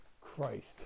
Christ